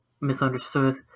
misunderstood